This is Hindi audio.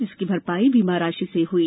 जिसकी भरपाई बीमा राशि से हई